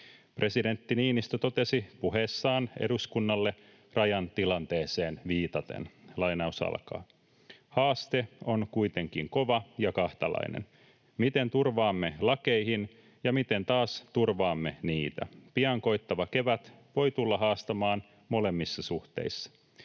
Presidentti Niinistö totesi puheessaan eduskunnalle rajan tilanteeseen viitaten: ”Haaste on kuitenkin kova ja kahtalainen: miten turvaamme lakeihin ja miten taas turvaamme niitä. Pian koittava kevät voi tulla haastamaan molemmissa suhteissa.